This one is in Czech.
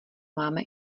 máme